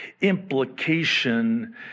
implication